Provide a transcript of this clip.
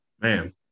man